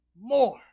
more